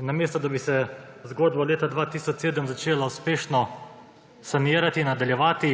In namesto da bi se zgodba leta 2007 začela uspešno sanirati, nadaljevati,